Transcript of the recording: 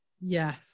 yes